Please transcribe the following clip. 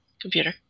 Computer